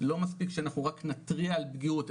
לא מספיק שאנחנו רק נתריע על פגיעות,